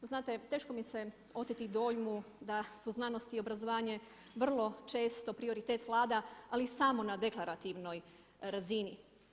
Znate teško mi se oteti dojmu da su znanost i obrazovanje vrlo često prioritet Vlada ali samo na deklarativnoj razini.